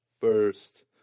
First